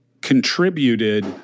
contributed